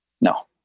No